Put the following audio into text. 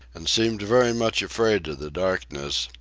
and seemed very much afraid of the darkness,